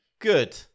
Good